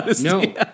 No